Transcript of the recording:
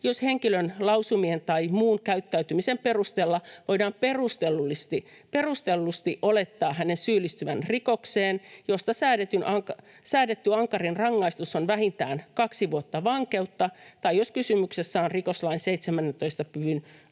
jos henkilön lausumien tai muun käyttäytymisen perusteella voidaan perustellusti olettaa hänen syyllistyvän rikokseen, josta säädetty ankarin rangaistus on vähintään kaksi vuotta vankeutta, tai jos kysymyksessä on rikoslain 17 luvun